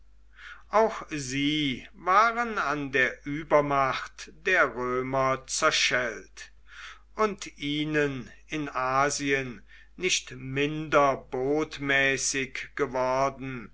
auch sie waren an der übermacht der römer zerschellt und ihnen in asien nicht minder botmäßig geworden